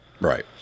right